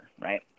right